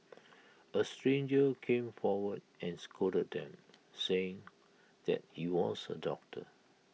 A stranger came forward and scolded them saying that he was A doctor